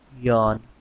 Yawn